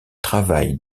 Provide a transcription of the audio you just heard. travail